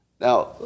Now